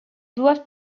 doivent